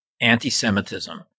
anti-Semitism